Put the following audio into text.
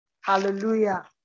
Hallelujah